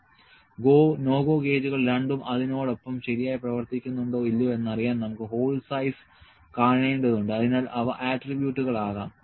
GO NO GO ഗേജുകൾ രണ്ടും അതിനോടൊപ്പം ശരിയായി പ്രവർത്തിക്കുന്നുണ്ടോ ഇല്ലയോ എന്ന് അറിയാൻ നമുക്ക് ഹോൾ സൈസ് കാണേണ്ടതുണ്ട് അതിനാൽ അവ ആട്രിബ്യൂട്ടുകൾ ആകാം